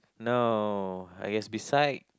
no I guess beside